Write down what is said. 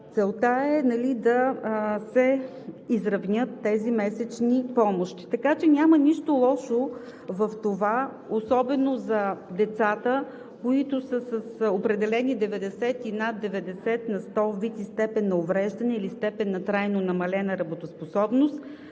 целта е да се изравнят тези месечни помощи. Така че няма нищо лошо в това, особено за децата, които са с определени 90 на сто и с над 90 на сто вид и степен на увреждане или степен на трайно намалена работоспособност,